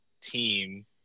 team